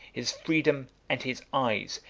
his freedom, and his eyes,